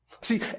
See